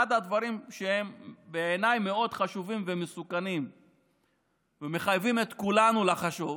אחד הדברים שבעיניי הם מאוד חשובים ומסוכנים ומחייבים את כולנו לחשוב